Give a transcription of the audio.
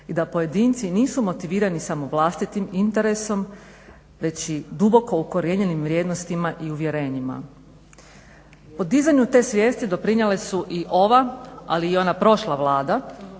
i da pojedinci nisu motivirani samo vlastitim interesom, već i duboko ukorijenjenim vrijednostima i uvjerenjima. Dizanju te svijesti doprinijele su i ova, ali i ona prošla Vlada